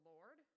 Lord